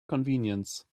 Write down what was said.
convenience